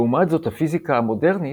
לעומת זאת, הפיזיקה המודרנית,